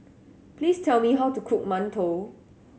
please tell me how to cook mantou